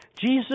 Jesus